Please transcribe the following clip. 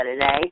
today